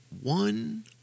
one